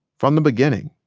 from the beginning,